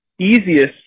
easiest